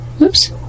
oops